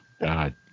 God